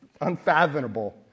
unfathomable